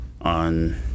on